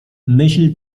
myśl